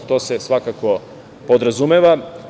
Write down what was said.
To se svakako podrazumeva.